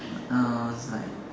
nouns like